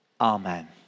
amen